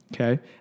okay